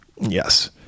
Yes